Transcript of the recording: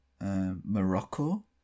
Morocco